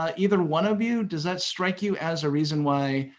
ah either one of you, does that strike you as a reason why,